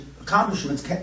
accomplishments